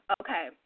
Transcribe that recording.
Okay